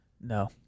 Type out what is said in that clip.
No